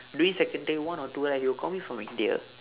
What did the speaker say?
during seconday one or two right he will call me from india